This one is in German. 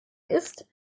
ist